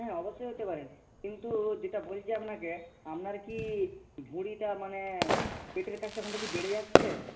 হ্যাঁ অবশ্যই হতে পারেন কিন্তু যেটা বলছি আপনাকে আপনার কি ভুঁড়িটা মানে পেটের কাছটা ওখানটা কি বেড়ে যাচ্ছে